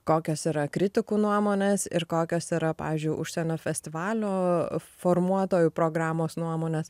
kokios yra kritikų nuomonės ir kokios yra pavyzdžiui užsienio festivalių formuotojų programos nuomonės